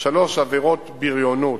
3. עבירות בריונות,